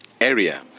area